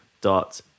dot